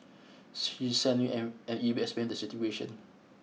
she sent him an an email explaining the situation